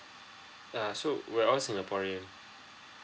uh so we're all singaporean